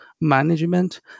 management